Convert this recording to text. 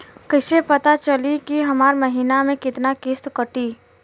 कईसे पता चली की हमार महीना में कितना किस्त कटी?